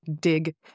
dig